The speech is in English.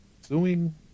suing